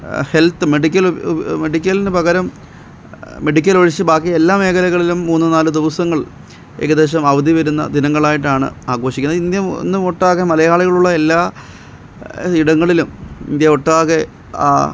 health medical മെഡിക്കലിന് പകരം medical ഒഴിച്ച് ബാക്കി എല്ലാ മേഖലകളിലും മൂന്നു നാല് ദിവസങ്ങൾ ഏകദേശം അവധി വരുന്ന ദിനങ്ങളായിട്ടാണ് ആഘോഷിക്കുന്നത് ഇന്ത്യ ഒട്ടാകെ മലയാളികളുള്ള എല്ലാ ഇടങ്ങളിലും ഇന്ത്യ ഒട്ടാകെ ആ